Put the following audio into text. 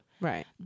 Right